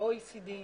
ה-OECD,